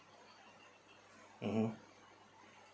mmhmm